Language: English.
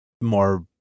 more